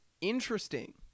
Interesting